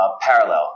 parallel